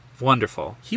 Wonderful